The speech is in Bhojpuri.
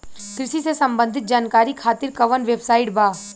कृषि से संबंधित जानकारी खातिर कवन वेबसाइट बा?